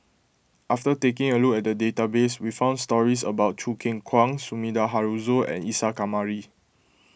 after taking a look at the database we found stories about Choo Keng Kwang Sumida Haruzo and Isa Kamari